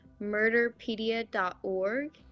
murderpedia.org